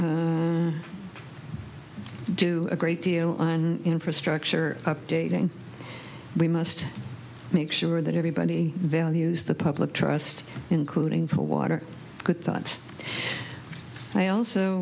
do a great deal and infrastructure updating we must make sure that everybody values the public trust including for water good thoughts i also